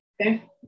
Okay